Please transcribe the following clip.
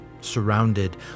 surrounded